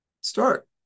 Start